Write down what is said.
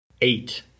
eight